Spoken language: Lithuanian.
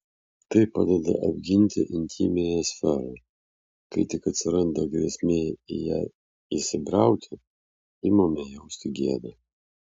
tai padeda apginti intymiąją sferą kai tik atsiranda grėsmė į ją įsibrauti imame jausti gėdą